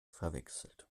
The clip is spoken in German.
verwechselt